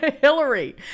Hillary